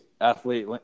athlete